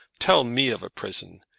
tell me of a prison!